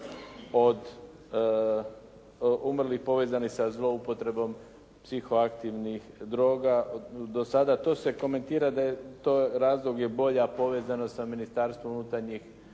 od, umrlih povezanih sa zloupotrebom psihoaktivnih droga do sa da. To se komentira, razlog je bolja povezanost sa Ministarstvom unutarnjih